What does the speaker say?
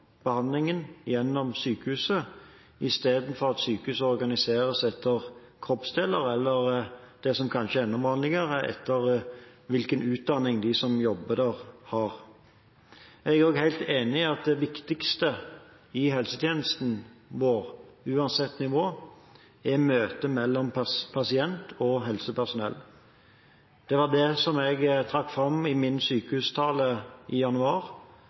behandlingen, gjennom sykehuset, i stedet for at sykehuset organiseres etter kroppsdeler, eller det som kanskje er enda vanligere, etter hvilken utdanning de som jobber der, har. Jeg er også helt enig i at det viktigste i helsetjenesten vår uansett nivå er møtet mellom pasient og helsepersonell. Det var det jeg trakk fram i min sykehustale i januar